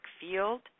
field